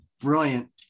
Brilliant